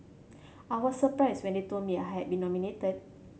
I was surprised when they told me I had been nominated